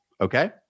Okay